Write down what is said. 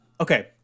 Okay